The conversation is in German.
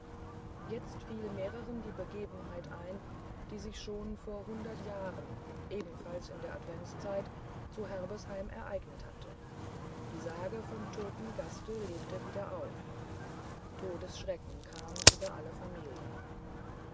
jetzt fiel mehreren die begebenheit ein die sich schon vor hundert jahren ebenfalls in der adventszeit zu herbesheim ereignet hatte die sage vom toten gaste lebte wieder auf todesschrecken kam über alle familien